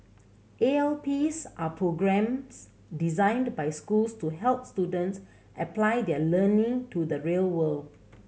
A L Ps are programmes designed by schools to help students apply their learning to the real world